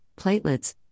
platelets